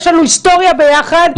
יש לנו היסטוריה ביחד,